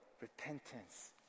repentance